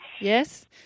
Yes